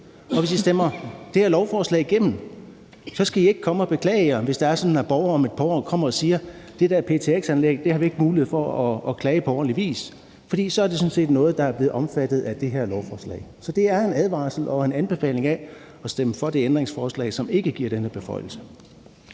Hvis I stemmer det her lovforslag igennem, skal I ikke komme og beklage jer, hvis det er sådan, at borgere om et par år kommer og siger: Det der ptx-anlæg har vi ikke mulighed for at klage over på ordentlig vis. For så er det sådan set noget, der er blevet omfattet af det her lovforslag. Så det er en advarsel og en anbefaling af at stemme for det ændringsforslag, som ikke giver denne beføjelse.